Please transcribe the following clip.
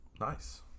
nice